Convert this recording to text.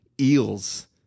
eels